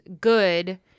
good